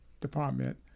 department